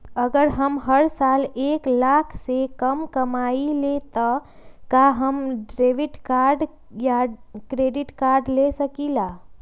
अगर हम हर साल एक लाख से कम कमावईले त का हम डेबिट कार्ड या क्रेडिट कार्ड ले सकीला?